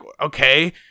okay